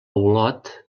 olot